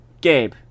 Gabe